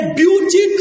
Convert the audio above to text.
beauty